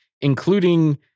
including